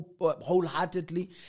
wholeheartedly